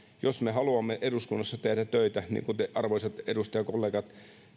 jos me haluamme eduskunnassa tehdä töitä niin kuin te arvoisat edustajakollegat